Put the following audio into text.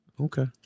Okay